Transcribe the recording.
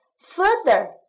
Further